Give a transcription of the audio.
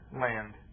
land